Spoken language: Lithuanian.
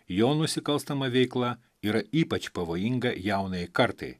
jo nusikalstama veikla yra ypač pavojinga jaunajai kartai